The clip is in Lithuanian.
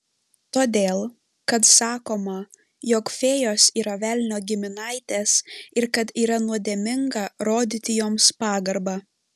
todėl kad sakoma jog fėjos yra velnio giminaitės ir kad yra nuodėminga rodyti joms pagarbą